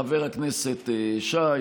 חבר הכנסת שי,